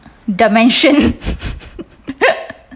dalmatian